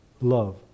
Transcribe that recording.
love